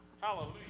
Hallelujah